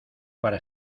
para